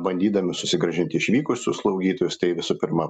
bandydami susigrąžinti išvykusius slaugytojus tai visų pirma